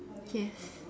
yes